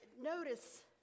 notice